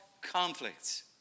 conflicts